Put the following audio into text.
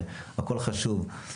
והכל חשוב.